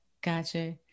Gotcha